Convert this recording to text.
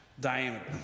diameter